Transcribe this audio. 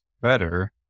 better